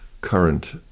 current